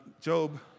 Job